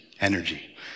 energy